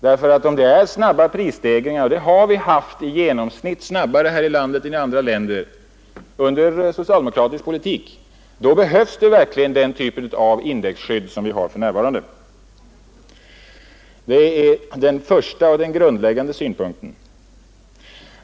Om det nämligen är snabba prisstegringar — och vi har i genomsnitt haft snabbare prisstegringar här i landet än andra länder under socialdemokratiskt styre — då behövs denna typ av indexskydd. Det är den första och grundläggande synpunkten.